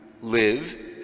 live